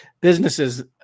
businesses